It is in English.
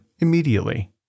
immediately